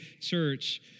church